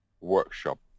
workshop